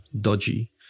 dodgy